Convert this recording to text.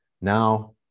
Now